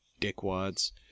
dickwads